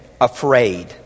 afraid